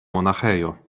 monaĥejo